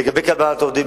לגבי קבלת עובדים,